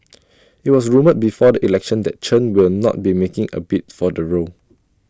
IT was rumoured before the election that Chen will not be making A bid for the role